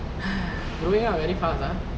growing up very fast ah